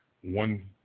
one